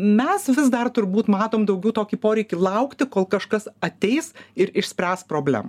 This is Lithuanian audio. mes vis dar turbūt matom daugiau tokį poreikį laukti kol kažkas ateis ir išspręs problemą